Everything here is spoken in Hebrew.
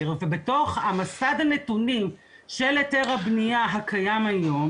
ובתוך מסד הנתונים של היתר הבניה הקיים היום,